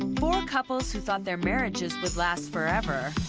and four couples who thought their marriages would last forever.